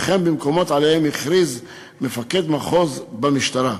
וכן במקומות שעליהם הכריז מפקד מחוז במשטרה,